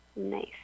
Nice